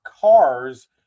cars